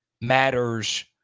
matters